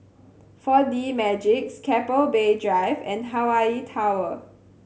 Four D Magix Keppel Bay Drive and Hawaii Tower